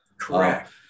Correct